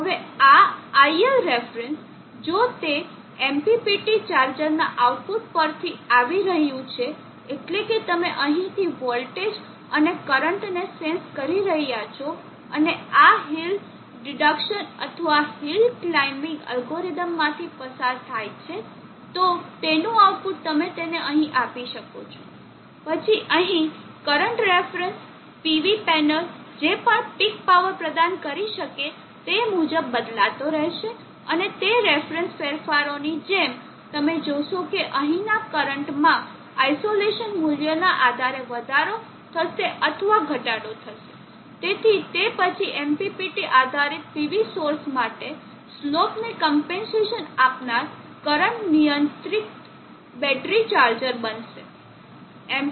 હવે આ iLref જો તે MPPT ચાર્જરના આઉટપુટ પરથી આવી રહ્યું છે એટલે કે તમે અહીંથી વોલ્ટેજ અને કરંટને સેન્સ કરી રહ્યા છો અને આ હિલ ડીદ્કસન અથવા હિલ ક્લીમ્બીંગ અલ્ગોરિધમમાંથી પસાર થાય છે તો તેનું આઉટપુટ તમે તેને અહીં આપી શકો છો પછી અહીં કરંટ રેફરન્સ PV પેનલ જે પણ પીક પાવર પ્રદાન કરી શકે તે મુજબ બદલાતો રહેશે અને તે રેફરન્સ ફેરફારોની જેમ તમે જોશો કે અહીંના કરંટમાં આઈસોલેસન મૂલ્યના આધારે વધારો થશે અથવા ઘટાડો થશે તેથી તે પછી MPPT આધારિત PV સોર્સ માટે સ્લોપને ક્મ્પેન્સેસન આપનાર કરંટ નિયંત્રક બેટરી ચાર્જર બનશે